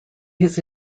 his